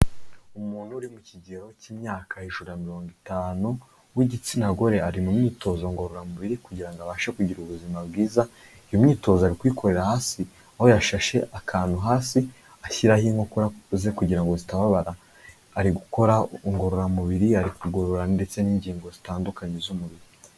Umuntu uri mu kigero k'imyaka hejuru ya mirongo itanu w'igitsina gore, ari mu myitozo ngororamubiri kugira ngo abashe kugira ubuzima bwiza, iyo myitozo ari kwikorera hasi, aho yashashe akantu hasi ashyiraho inkokora ze kugira ngo zitababara, ari gukora ngororamubiri ari kugorora ndetse n'ingingo zitandukanye z'umubiri.